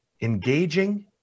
Engaging